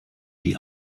die